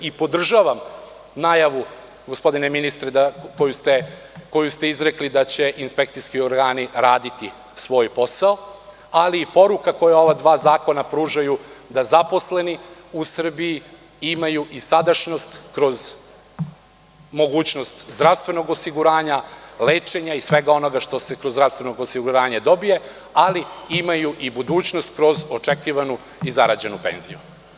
Podržavam najavu koju ste, gospodine ministre, izrekli da će inspekcijski organi raditi svoj posao, ali poruka koju ova dva zakona pružaju, da zaposleni u Srbiji imaju i sadašnjost kroz mogućnost zdravstvenog osiguranja, lečenja i svega onoga što se kroz zdravstveno osiguranje dobija, ali imaju i budućnost kroz očekivanu i zarađenu penziju.